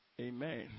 Amen